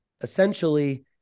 essentially